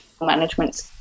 management